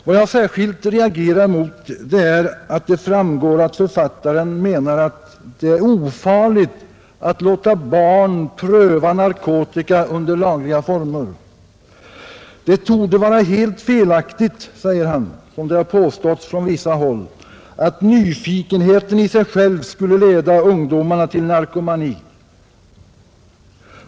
Vad jag särskilt reagerar emot är att det framgår att författaren menar att det är ofarligt att låta barn pröva narkotika under lagliga former. Han säger på ett ställe att det torde vara helt felaktigt som det påstås från vissa håll, att nyfikenheten i sig själv skulle leda ungdomarna till narkomani.